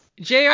jr